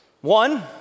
One